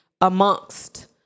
amongst